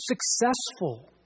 successful